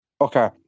okay